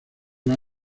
las